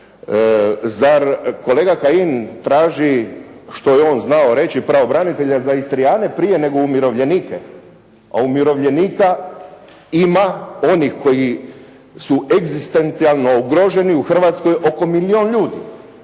Zar kolega Kajin traži što je on znao reći pravobranitelja za Istrijane prije nego umirovljenike, a umirovljenika ima onih koji su egzistencijalno ugroženi u Hrvatskoj oko milijun ljudi.